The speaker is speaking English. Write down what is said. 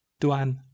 Duan